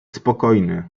spokojny